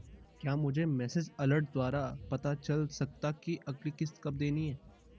क्या मुझे message alert द्वारा पता चल सकता कि अगली किश्त कब देनी है?